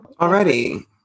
Already